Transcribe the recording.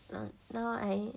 not so I